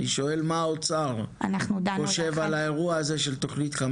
אני שואל מה האוצר חושב על האירוע הזה של תכנית 15